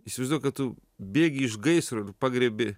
įsivaizduok kad tu bėgi iš gaisro pagriebi